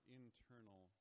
internal